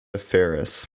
ferris